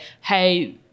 hey